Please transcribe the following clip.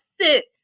sit